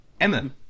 Emma